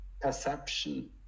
perception